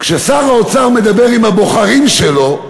כששר האוצר מדבר עם הבוחרים שלו,